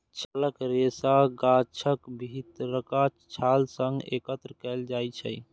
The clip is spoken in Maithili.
छालक रेशा गाछक भीतरका छाल सं एकत्र कैल जाइ छै